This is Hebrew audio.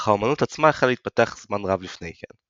אך האמנות עצמה החלה להתפתח זמן רב לפני כן.